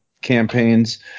Campaigns